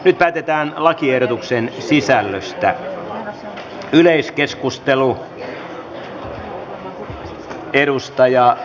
nyt päätetään lakiehdotuksen sisällöstä